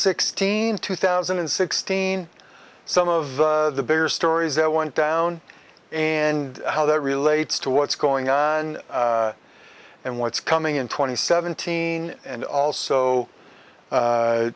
sixteen two thousand and sixteen some of the bigger stories that went down and how that relates to what's going on and what's coming in twenty seventeen and also